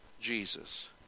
Jesus